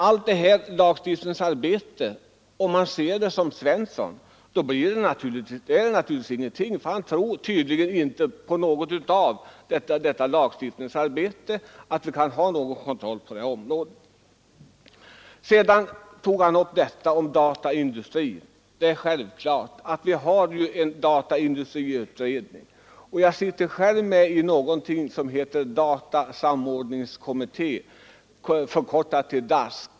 Enligt herr Svenssons uppfattning har sådant lagstiftningsarbete tydligen ingen betydelse. Han tror tydligen inte på att detta kan innebära att vi har någon kontroll på det här området. Sedan tog herr Svensson upp dataindustrin. Vi har ju en dataindustriutredning. Och jag sitter själv med i något som heter datasamordningskommittén.